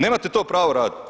Nemate to pravo raditi.